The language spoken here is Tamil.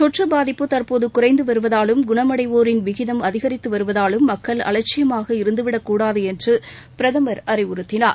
தொற்று பாதிப்பு தற்போது குறைந்து வருவதாலும் குணமடைவோரின் விகிதம் அதிகரித்து வருவதாலும் மக்கள் அலட்சியமாக இருந்துவிடக் கூடாது என்று பிரதமர் அறிவுறுத்தினார்